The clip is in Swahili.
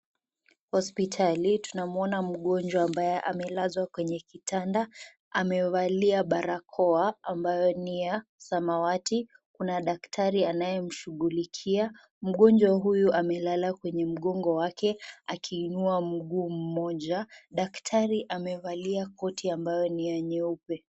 Hospitali, tunamuona mgonjwa ambaye amelazwa kwenye kitanda. Amevalia barakoa ambayo ni ya samawati. Kuna daktari anayemshughulikia. Mgonjwa huyu amelala kwenye mgongo wake akiinua mguu mmoja, daktari amevalia koti ambayo ni ya nyeupe.